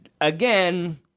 again